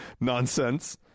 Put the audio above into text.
nonsense